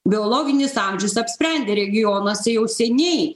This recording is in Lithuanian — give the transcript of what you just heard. biologinis amžius apsprendė regionuose jau seniai